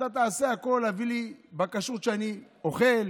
אתה תעשה הכול להביא לי בכשרות שאני אוכל,